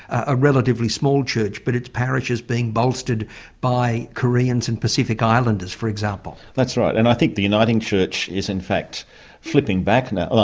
a relatively small church but its parishes being bolstered by koreans and pacific islanders, for example. that's right, and i think the uniting church is in fact flipping back now,